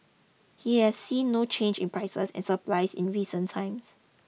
he has seen no change in prices and supplies in recent times